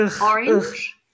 orange